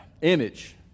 image